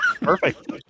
Perfect